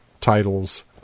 titles